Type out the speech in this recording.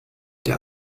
der